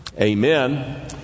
Amen